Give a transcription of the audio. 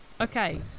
Okay